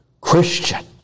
Christian